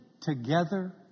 together